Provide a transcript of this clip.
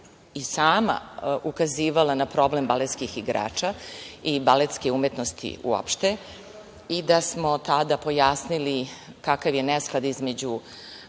i sama ukazivala na problem baletskih igrača i baletske umetnosti uopšte, i da smo tada pojasnili kakav je nesklad između